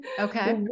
okay